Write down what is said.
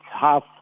half